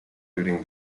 during